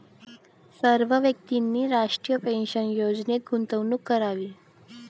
सर्व व्यक्तींनी राष्ट्रीय पेन्शन योजनेत गुंतवणूक करावी